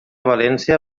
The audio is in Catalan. valència